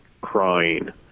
crying